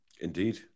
Indeed